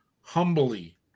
humbly